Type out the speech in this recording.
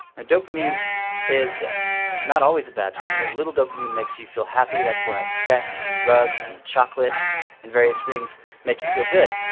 and dopamine is not always a bad thing, a and little dopamine makes you feel happy, that's why sex and drugs and chocolate and various things make you feel good,